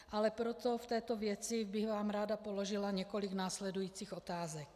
Ale v této věci bych vám ráda položila několik následujících otázek.